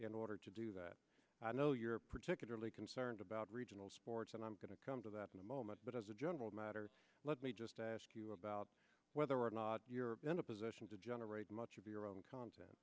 in order to do that i know you're particularly concerned about regional sports and i'm going to come to that in a moment but as a general matter let me just ask you about whether or not you're in a position to generate much of your own content